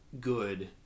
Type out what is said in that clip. good